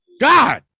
God